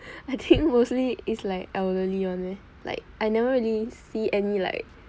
I think mostly is like elderly [one] leh like I never really see any like